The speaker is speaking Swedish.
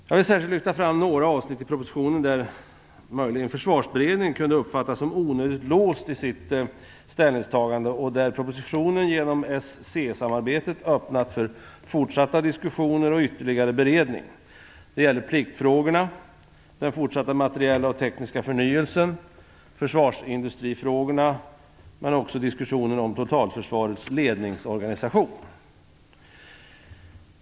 Jag vill särskilt lyfta fram några avsnitt i propositionen där Försvarsberedningen möjligen kunde uppfattas som onödigt låst i sitt ställningstagande och där propositionen genom s-c-samarbetet öppnat för fortsatta diskussioner och ytterligare beredning. Det gäller pliktfrågorna, den fortsatta materiella och tekniska förnyelsen och försvarsindustrifrågorna men också diskussionen om totalförsvarets ledningsorganisation.